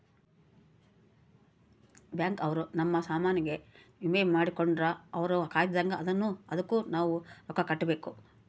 bank ಅವ್ರ ನಮ್ ಸಾಮನ್ ಗೆ ವಿಮೆ ಮಾಡ್ಕೊಂಡ್ರ ಅವ್ರ ಕಾಯ್ತ್ದಂಗ ಅದುನ್ನ ಅದುಕ್ ನವ ರೊಕ್ಕ ಕಟ್ಬೇಕು